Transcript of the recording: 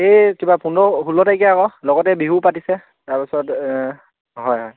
এই কিবা পোন্ধৰ ষোল্ল তাৰিখে আকৌ লগতে বিহু পাতিছে তাৰপিছত হয় হয়